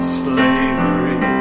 slavery